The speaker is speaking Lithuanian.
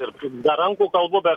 ir be rankų kalbu bet